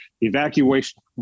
Evacuation